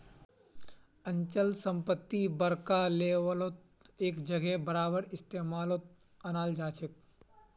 अचल संपत्ति बड़का लेवलत एक जगह बारबार इस्तेमालत अनाल जाछेक